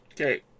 Okay